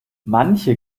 manche